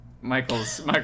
Michael's